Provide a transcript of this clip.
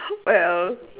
well